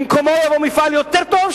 במקומו יבוא מפעל יותר טוב,